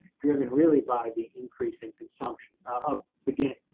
driven really by the increase in consumption, up, again,